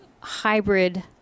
hybrid